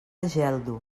geldo